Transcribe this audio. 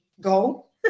go